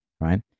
Right